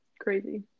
crazy